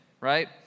right